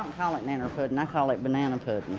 um call it nanner pudding. i call it banana pudding.